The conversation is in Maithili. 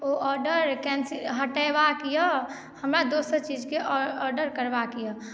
ओ आर्डर कैंसिल हटएबाक यऽ हमरा दोसर चीजकेँ आर्डर करबाक यऽ